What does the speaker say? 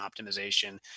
optimization